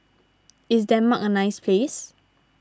is Denmark a nice place